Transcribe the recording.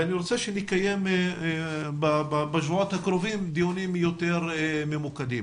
אני רוצה שנקיים בשבועות הקרובים דיונים יותר ממוקדים